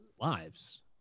lives